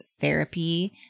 therapy